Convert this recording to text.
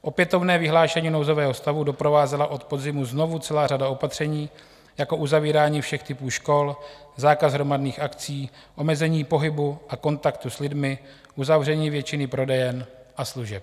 Opětovné vyhlášení nouzového stavu doprovázela od podzimu znovu celá řada opatření, jako uzavírání všech typů škol, zákaz hromadných akcí, omezení pohybu a kontaktu s lidmi, uzavření většiny prodejen a služeb.